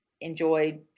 enjoyed